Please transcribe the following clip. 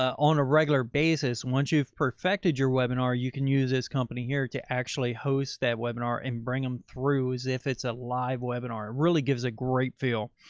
on a regular basis. once you've perfected your webinar, you can use this company here to actually host that webinar and bring them through as if it's a live webinar really gives a great feel.